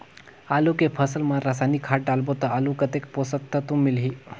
आलू के फसल मा रसायनिक खाद डालबो ता आलू कतेक पोषक तत्व मिलही?